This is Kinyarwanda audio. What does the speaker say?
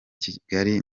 kigali